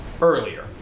earlier